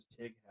Tig